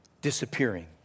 disappearing